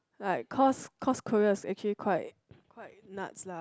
like cause cause Korea is actually quite quite nuts lah